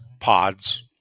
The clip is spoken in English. pods